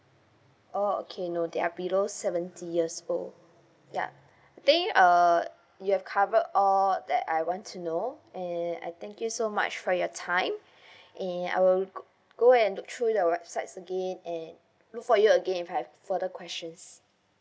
oh okay no they are below seventy years old ya I think uh you've cover all that I want to know and I thank you so much for your time and I will go and look through the website again and look for you again if I have further questions